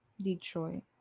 Detroit